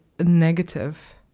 negative